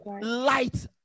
light